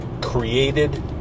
created